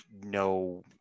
no